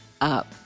up